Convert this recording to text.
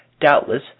doubtless